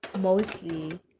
mostly